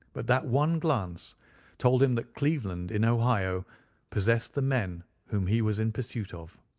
but that one glance told him that cleveland in ohio possessed the men whom he was in pursuit of.